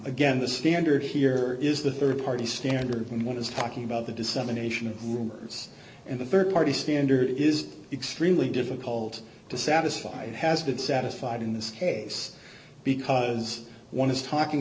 again the standard here is the rd party standard when one is talking about the dissemination of rumors and the rd party standard is extremely difficult to satisfy has been satisfied in this case because one is talking